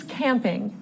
camping